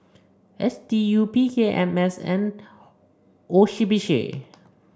S D U P K M S and O C B C